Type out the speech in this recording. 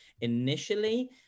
initially